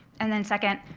and then second,